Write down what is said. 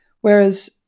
Whereas